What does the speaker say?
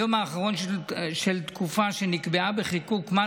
היום האחרון של תקופה שנקבעה בחיקוק מס,